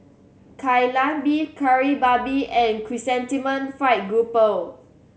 Kai Lan Beef Kari Babi and Chrysanthemum Fried Grouper